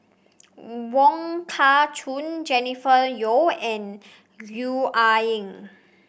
Wong Kah Chun Jennifer Yeo and Gwee Ah Leng